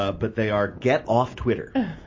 ah but they are get off twitter.